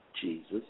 Jesus